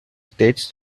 states